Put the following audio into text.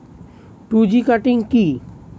Two G cutting কি?